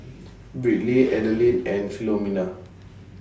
Briley Adeline and Philomena